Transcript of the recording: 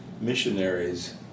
missionaries